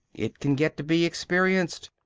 it can get to be experienced.